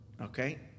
Okay